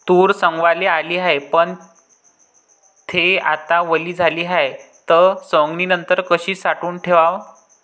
तूर सवंगाले आली हाये, पन थे आता वली झाली हाये, त सवंगनीनंतर कशी साठवून ठेवाव?